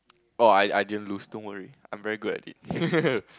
orh I I didn't lose don't worry I am very good at it